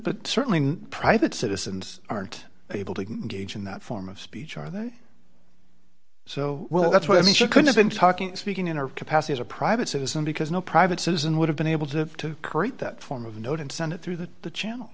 but certainly private citizens aren't able to engage in that form of speech are they so well that's what i mean you could have been talking speaking in our capacity as a private citizen because no private citizen would have been able to create that form of note and send it through the channels